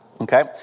okay